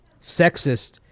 sexist